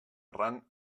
errant